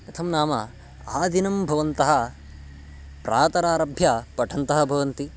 कथं नाम आदिनं भवन्तः प्रातरारभ्य पठन्तः भवन्ति